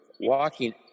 walking